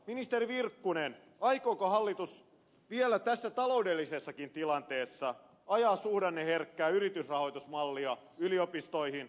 ministeri virkkunen aikooko hallitus vielä tässäkin taloudellisessa tilanteessa ajaa suhdanneherkkää yritysrahoitusmallia yliopistoihin